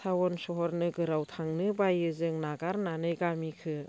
town सोहोर नोगोराव थांनो बायो जों नागारनानै गामिखौ